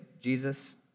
Jesus